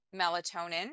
melatonin